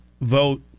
vote